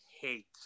hate